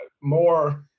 more